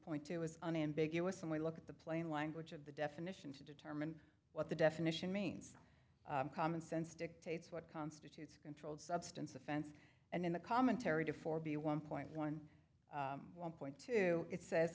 point two is unambiguous and we look at the plain language of the definition to determine what the definition means common sense dictates what constitutes a controlled substance offense and in the commentary to for be one point one one point two it says